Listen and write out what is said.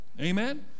Amen